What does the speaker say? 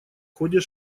ходе